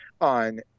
on